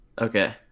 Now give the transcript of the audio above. Okay